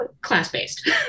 class-based